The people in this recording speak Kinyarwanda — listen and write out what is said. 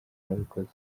wabikoze